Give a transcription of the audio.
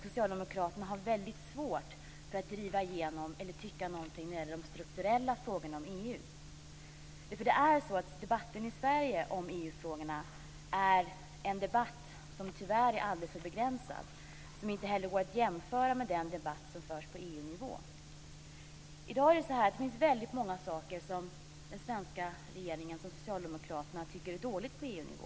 Socialdemokraterna har väldigt svårt att driva igenom något eller tycka något när det gäller de strukturella frågorna om EU. Debatten i Sverige om EU-frågorna är en debatt som tyvärr är alldeles för begränsad och som inte heller går att jämföras med den debatt som förs på EU-nivå. Det finns väldigt många saker som den svenska regeringen och socialdemokraterna tycker är dåligt på EU-nivå.